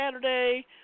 Saturday